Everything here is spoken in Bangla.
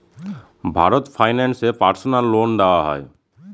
ভারত ফাইন্যান্স এ পার্সোনাল লোন দেওয়া হয়?